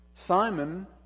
Simon